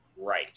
right